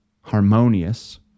harmonious